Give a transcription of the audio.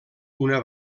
una